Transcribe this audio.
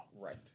Right